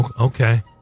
Okay